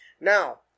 Now